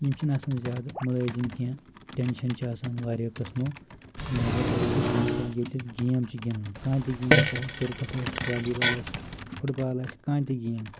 یِم چھِ نہٕ آسان زیادٕ مُلٲزِم کینٛہہ ٹیٚنشَن چھِ آسان واریاہ قٕسمو لِہاذا کٔرِتھ چھِ کٲم کَرٕنۍ ییٚلہِ گیم چھِ گِنٛدان کانٛہہ تہِ گیم چاہے کِرکَٹھ آسہِ والی بال آسہِ پھُٹ بال آسہِ کانٛہہ تہِ گیم